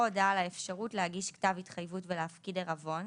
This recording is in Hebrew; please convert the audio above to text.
הודעה על האפשרות להגיש כתב התחייבות ולהפקיד עירבון,